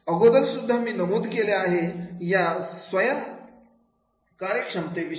अगोदर सुद्धा मी नमूद केलेले आहे या स्वयम् कार्यक्षमतेविषयी